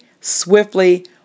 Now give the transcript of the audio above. swiftly